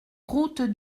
route